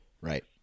Right